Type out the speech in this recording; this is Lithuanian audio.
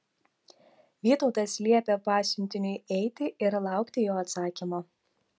vytautas liepė pasiuntiniui eiti ir laukti jo atsakymo